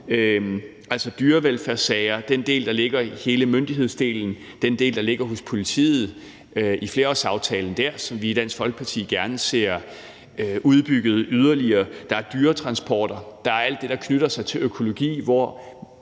til dyrevelfærdssager – hele myndighedsdelen, altså den del, der ligger hos politiet i flerårsaftalen, som vi i Dansk Folkeparti gerne ser udbygget yderligere. Der er dyretransporter, og der er alt det, der knytter sig til økologi, hvor